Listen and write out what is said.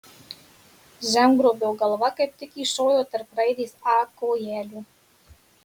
žemgrobio galva kaip tik kyšojo tarp raidės a kojelių